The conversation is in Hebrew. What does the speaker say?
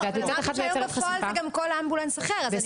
אבל אמרתם שהיום בפועל זה גם כל אמבולנס אחר אז אני לא מרחיבה.